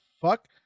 fuck